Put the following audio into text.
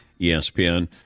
ESPN